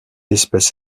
espèce